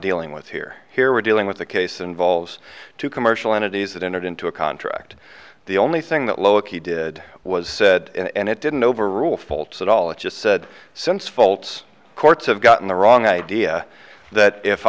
dealing with here here we're dealing with the case involves two commercial entities that entered into a contract the only thing that loki did was said and it didn't overrule faults at all it just said since faults courts have gotten the wrong idea that if